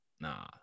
nah